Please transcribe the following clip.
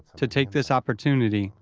to take this opportunity.